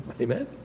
Amen